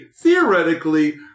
theoretically